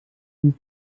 blies